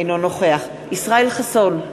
אינו נוכח ישראל חסון,